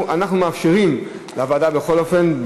אנחנו מאפשרים לוועדה, בכל אופן.